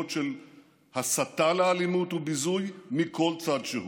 של הסתה לאלימות וביזוי מכל צד שהוא.